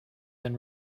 than